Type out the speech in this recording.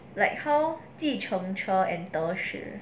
like how 计程车 and 德士